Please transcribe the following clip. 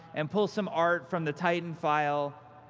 and pull some art from the titan file,